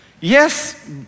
yes